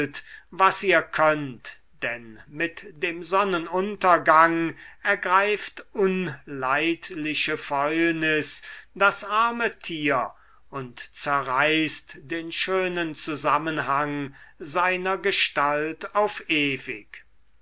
was ihr könnt denn mit dem sonnenuntergang ergreift unleidliche fäulnis das arme tier und zerreißt den schönen zusammenhang seiner gestalt auf ewig